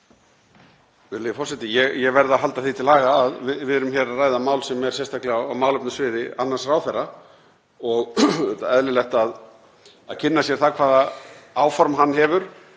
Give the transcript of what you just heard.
Ég verð að halda því til haga að við erum hér að ræða mál sem er sérstaklega á málefnasviði annars ráðherra og væri eðlilegt að kynna sér hvaða áform hann hefur